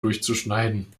durchzuschneiden